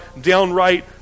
downright